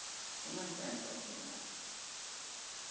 ᱮᱢᱟᱱ ᱛᱮᱭᱟᱜ ᱯᱚᱨᱚᱵᱽ ᱠᱚ ᱢᱮᱱᱟᱜᱼᱟ